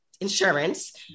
insurance